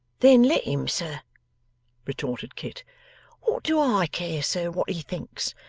then let him, sir retorted kit what do i care, sir, what he thinks?